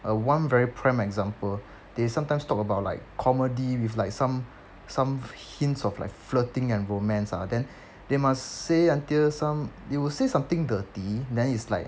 one very prime example they sometimes talk about like comedy with like some some hints of like flirting and romance ah then they must say until some they will say something dirty then it's like